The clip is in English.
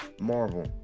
Marvel